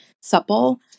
supple